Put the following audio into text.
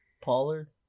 pollard